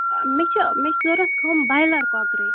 مےٚ چھِ مےٚ چھِ ضوٚرَتھ ہُم بَیلَر کۄکرٕے